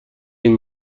این